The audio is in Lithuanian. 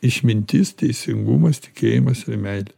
išmintis teisingumas tikėjimas ir meilė